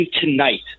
tonight